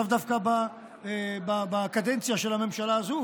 לאו דווקא בקדנציה של הממשלה הזאת,